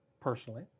personally